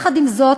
עם זאת,